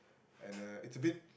and uh it's a bit